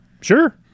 Sure